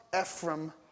Ephraim